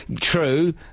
True